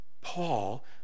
Paul